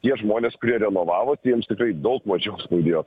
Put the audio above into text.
tie žmonės kurie renovavo tai jiems tikrai daug mažiau skaudėjo